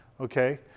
okay